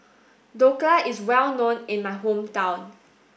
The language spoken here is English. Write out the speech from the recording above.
Dhokla is well known in my hometown